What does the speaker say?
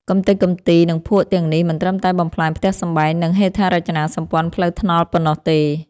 កម្ទេចកម្ទី និងភក់ទាំងនេះមិនត្រឹមតែបំផ្លាញផ្ទះសម្បែង និងហេដ្ឋារចនាសម្ព័ន្ធផ្លូវថ្នល់ប៉ុណ្ណោះទេ។